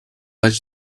watch